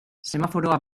semaforoa